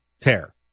tear